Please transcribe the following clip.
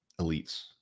elites